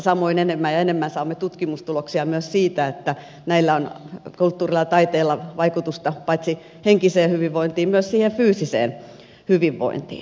samoin enemmän ja enemmän saamme tutkimustuloksia myös siitä että kulttuurilla ja taiteella on vaikutusta paitsi henkiseen hyvinvointiin myös siihen fyysiseen hyvinvointiin